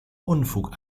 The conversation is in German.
unfug